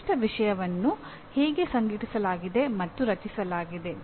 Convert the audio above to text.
ನಿರ್ದಿಷ್ಟ ವಿಷಯವನ್ನು ಹೇಗೆ ಸಂಘಟಿಸಲಾಗಿದೆ ಮತ್ತು ರಚಿಸಲಾಗಿದೆ